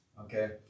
Okay